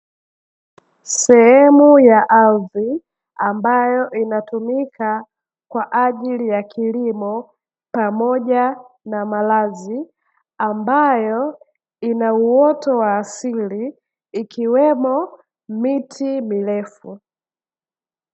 Sehem ya ardhi ambayo inatumika kwa ajii ya kilimo, pamoja na malazi ambayo ina uoto wa asili ikiwemo miti mirefu.